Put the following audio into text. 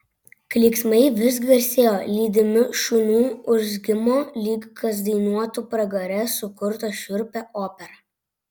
klyksmai vis garsėjo lydimi šunų urzgimo lyg kas dainuotų pragare sukurtą šiurpią operą